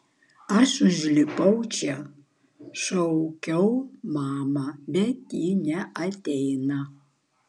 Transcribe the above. aš užlipau čia šaukiau mamą bet ji neateina